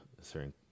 certain